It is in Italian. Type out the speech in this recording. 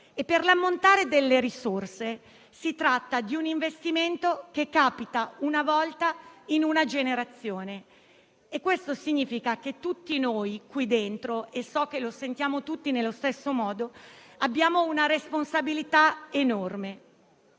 Per l'ammontare delle risorse, si tratta di un investimento che capita una volta in una generazione e questo significa che tutti noi, qui dentro - so che lo sentiamo tutti nello stesso modo - abbiamo una responsabilità enorme.